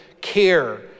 care